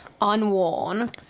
unworn